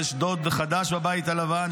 יש דוד חדש בבית הלבן,